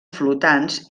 flotants